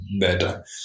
better